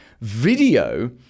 video